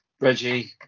Reggie